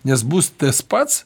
nes bus tas pats